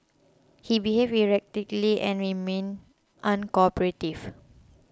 he behaved erratically and remained uncooperative